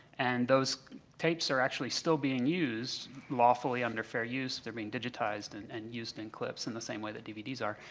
and those tapes are actually still being used lawfully under fair use. they're being digitized and and used in clips in the same way that dvds are.